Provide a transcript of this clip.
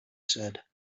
said